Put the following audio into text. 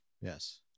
Yes